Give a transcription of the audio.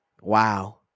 Wow